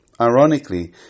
Ironically